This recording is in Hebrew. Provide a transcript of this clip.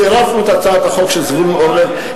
צירפנו את הצעת החוק של זבולון אורלב,